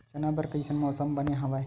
चना बर कइसन मौसम बने हवय?